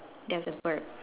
there's a bird